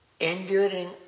Enduring